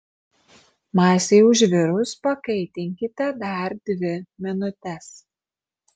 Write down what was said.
masei užvirus pakaitinkite dar dvi minutes